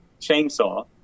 chainsaw